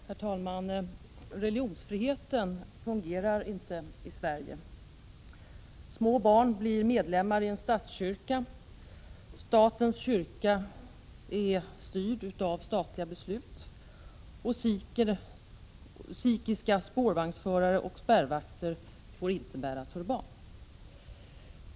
Herr talman! Religionsfriheten fungerar inte i Sverige. Små barn blir medlemmar i en statskyrka. Statens kyrka är styrd av statliga beslut. Sikhiska spårvagnsförare och spärrvakter får inte bära turban.